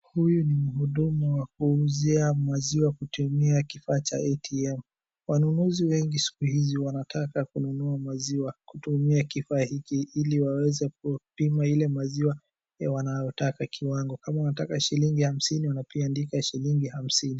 Huyu ni mhudumu wa kuuzia maziwa kutumia kifaa cha ATM. Wanunuzi wengi siku hizi wanataka kununua maziwa kutumia kifaa hiki ili waweze kupima ile maziwa ya wanayotaka kiwango, kama wanataka shilingi hamsini wanakiandika shilingi hamsini.